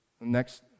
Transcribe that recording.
next